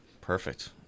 Perfect